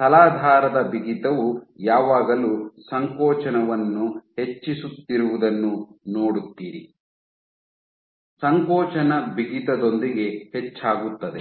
ತಲಾಧಾರದ ಬಿಗಿತವು ಯಾವಾಗಲೂ ಸಂಕೋಚನವನ್ನು ಹೆಚ್ಚಿಸುತ್ತಿರುವುದನ್ನು ನೋಡುತ್ತೀರಿ ಸಂಕೋಚನ ಬಿಗಿತದೊಂದಿಗೆ ಹೆಚ್ಚಾಗುತ್ತದೆ